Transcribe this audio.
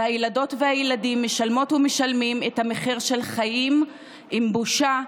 והילדות והילדים משלמות ומשלמים את המחיר של חיים עם בושה,